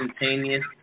instantaneous